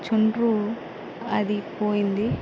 చుండ్రు అది పోయింది